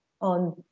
on